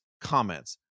comments